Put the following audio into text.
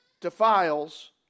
defiles